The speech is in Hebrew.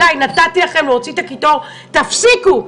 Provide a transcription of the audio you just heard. די, נתתי לכם להוציא קיטור, תפסיקו.